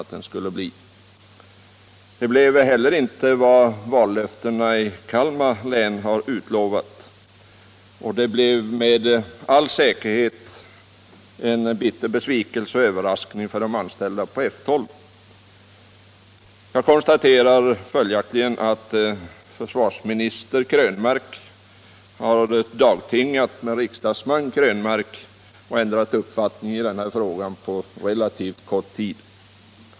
Lika litet blev svaret vad man hade utlovat i vallöftena i Kalmar län — men med all säkerhet blev det en bitter besvikelse och överraskning för de anställda vid F 12. Jag konstaterar följaktligen att riksdagsman Krönmark har dagtingat med försvarsminister Krönmark och ändrat uppfattning i denna fråga på relativt kort tid.